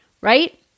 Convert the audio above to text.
right